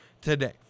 today